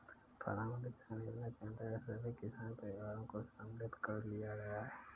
प्रधानमंत्री किसान योजना के अंतर्गत सभी किसान परिवारों को सम्मिलित कर लिया गया है